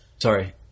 Sorry